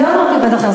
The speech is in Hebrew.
אני לא אמרתי עובד אחר.